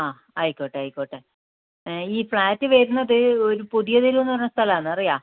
ആ ആയിക്കോട്ടെ ആയിക്കോട്ടെ ഏ ഈ ഫ്ലാറ്റ് വരുന്നത് ഒരു പുതിയ തേരൂ എന്ന് പറഞ്ഞ സ്ഥലമാണ് അറിയാമോ